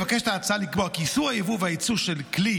מבקשת ההצעה לקבוע כי איסור היבוא והיצוא של כלי